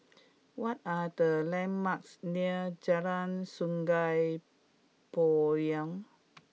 what are the landmarks near Jalan Sungei Poyan